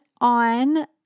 on